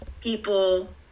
people